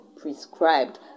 prescribed